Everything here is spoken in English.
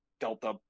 Delta